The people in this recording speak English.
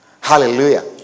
Hallelujah